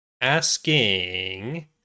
asking